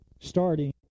starting